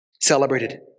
celebrated